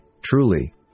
truly